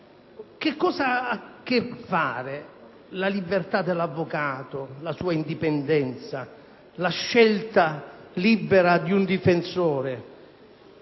che cosa ha a che fare la libertà dell'avvocato, la sua indipendenza, la scelta libera di un difensore,